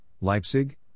Leipzig